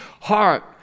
heart